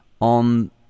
On